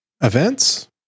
events